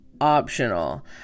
Optional